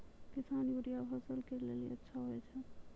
किसान यूरिया फसल के लेली अच्छा होय छै?